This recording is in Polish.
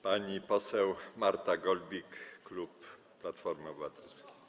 Pani poseł Marta Golbik, klub Platformy Obywatelskiej.